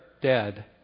dead